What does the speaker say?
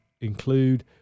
include